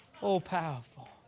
all-powerful